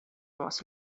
was